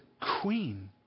queen